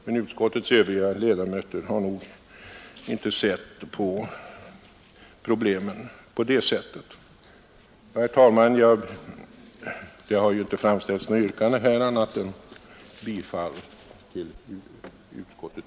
Men utskottets övriga ledamöter har nog inte sett på problemen på det sättet.